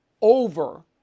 over